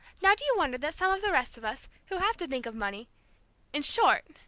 now do you wonder that some of the rest of us, who have to think of money in short,